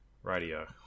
radio